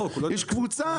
יש קבוצה,